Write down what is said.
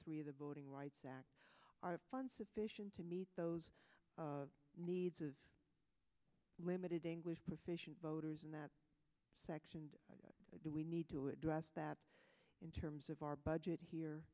three of the voting rights act funds sufficient to meet those needs of limited english proficiency voters in that section do we need to address that in terms of our budget here